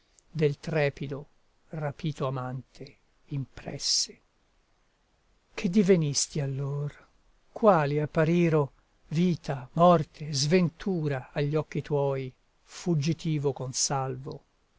del trepido rapito amante impresse che divenisti allor quali appariro vita morte sventura agli occhi tuoi fuggitivo consalvo